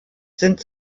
sind